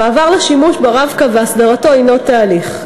המעבר לשימוש ב"רב-קו" והסדרתו הוא תהליך,